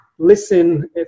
listen